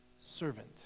servant